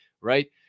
Right